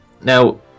Now